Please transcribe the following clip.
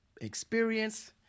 experience